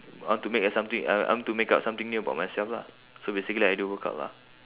I want to make a something I I want to make up something new about myself lah so basically I do workout lah